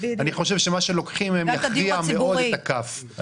אני חושב שמה שלוקחים מהן יכריע מאוד את הכף.